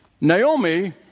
Naomi